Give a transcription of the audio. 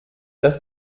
das